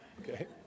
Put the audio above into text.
okay